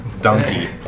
donkey